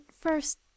first